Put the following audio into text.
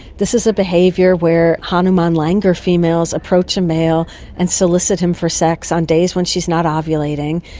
this is a behaviour where hanuman langur females approach a male and solicit him for sex on days when she is not ovulating,